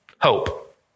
hope